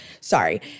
Sorry